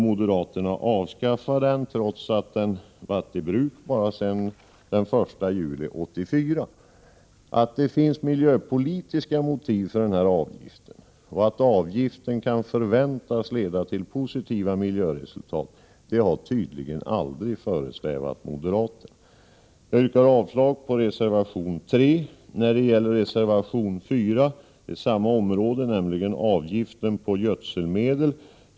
Moderaterna vill avskaffa denna avgift, trots att den funnits endast sedan den 1 juli 1984. Att det finns miljöpolitiska motiv för denna avgift och att avgiften kan förväntas leda till positiva miljöresultat har tydligen aldrig föresvävat moderaterna. Jag yrkar avslag på reservation 3. Reservation 4 gäller samma område, nämligen avgiften på gödselmedel.